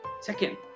Second